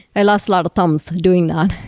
i lost lots of thumb so doing that,